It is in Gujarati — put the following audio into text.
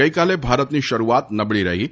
ગઈકાલે ભારતની શરૂઆત નબળી રહી હતી